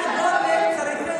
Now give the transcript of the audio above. אנחנו מבקשים ממך,